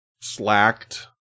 slacked